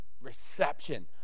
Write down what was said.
reception